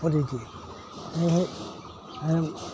উপদেশ দিয়ে সেই